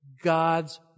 God's